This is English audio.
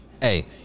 hey